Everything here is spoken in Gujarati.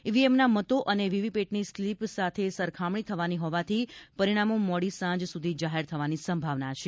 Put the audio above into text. ઈવીએમના મતો અને વીવીપેટની સ્લીપ સાથે સરખામણી થવાની હોવાથી પરિણામો મોડી સાંજ સુધી જાહેર થવાની સંભાવના છે